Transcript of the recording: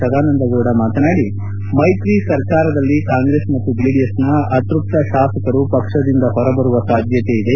ಸದಾನಂದಗೌಡ ಮಾತನಾಡಿ ಮೈತ್ರಿ ಸರ್ಕಾರದಲ್ಲಿ ಕಾಂಗ್ರೆಸ್ ಮತ್ತು ಜೆಡಿಎಸ್ನ ಅತೃಪ್ತ ಶಾಸಕರು ಪಕ್ಷದಿಂದ ಹೊರಬರುವ ಸಾಧ್ಯತೆ ಇದೆ